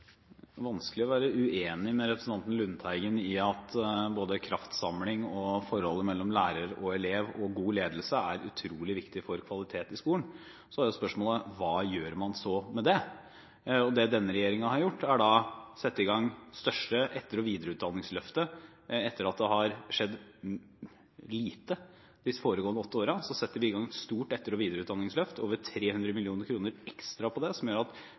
vanskelig å være uenig med representanten Lundteigen i at både kraftsamling og forholdet mellom lærer og elev og god ledelse er utrolig viktig for kvalitet i skolen. Så er spørsmålet: Hva gjør man så med det? Det denne regjeringen har gjort, er å sette i gang et stort videreutdanningsløft. Etter at det har skjedd lite disse foregående åtte årene, setter vi inn et stort etterutdanningsløft – over 300 mill. kr ekstra til det – som vil gjøre at